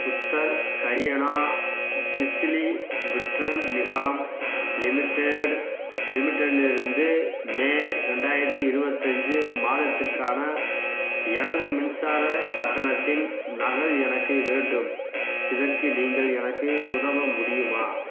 Uttar Haryana Bijli Vitran Nigam limited limited இலிருந்து May ரெண்டாயிரத்தி இருபத்தஞ்சி மாதத்திற்கான எனது மின்சார கட்டணத்தின் நகல் எனக்கு வேண்டும் இதற்கு நீங்கள் எனக்கு உதவ முடியுமா